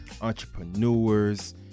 entrepreneurs